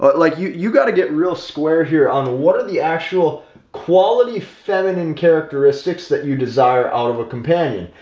but like, you you got to get real square here on what are the actual quality, feminine characteristics that you desire out of a companion.